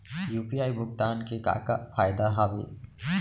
UPI भुगतान के का का फायदा हावे?